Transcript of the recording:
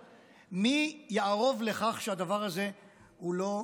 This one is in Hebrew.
מי יערוב לכך שהדבר הזה הוא לא אפשרי?